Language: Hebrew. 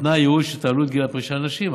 התנאי הוא שתעלו את גיל הפרישה לנשים,